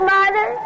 Mother